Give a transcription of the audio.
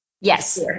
Yes